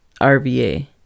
RVA